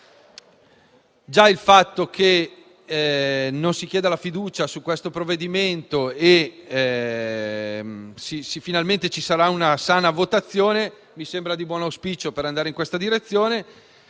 Già il fatto che non si chieda la fiducia su questo provvedimento e che, finalmente, vi sarà una sana votazione, mi sembra di buon auspicio per andare in questa direzione.